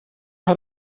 hat